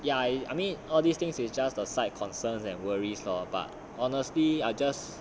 ya I mean all these things with is just the side concerns and worries lor but honestly I just